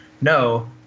no